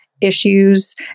issues